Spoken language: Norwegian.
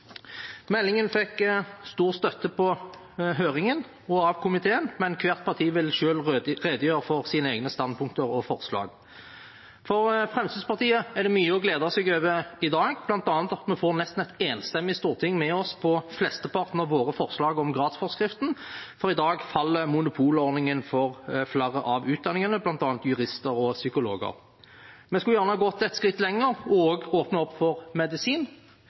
Meldingen fikk stor støtte på høringen og av komiteen, men hvert parti vil selv redegjøre for sine egne standpunkter og forslag. For Fremskrittspartiet er det mye å glede seg over i dag, bl.a. at vi får nesten et enstemmig storting med oss på flesteparten av våre forslag om gradsforskriften, for i dag faller monopolordningen for flere av utdanningene, bl.a. jurister og psykologer. Vi skulle gjerne gått et skritt lenger og åpnet opp også for medisin.